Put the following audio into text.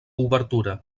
obertura